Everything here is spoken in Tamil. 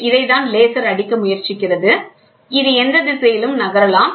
எனவே இதைத்தான் லேசர் அடிக்க முயற்சிக்கிறது இது எந்த திசையிலும் நகரும்